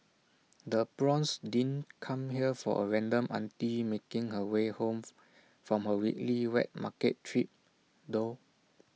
the prawns didn't come here from A random auntie making her way home from her weekly wet market trip though